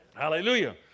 Hallelujah